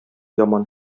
яман